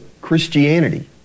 Christianity